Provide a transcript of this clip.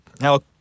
Now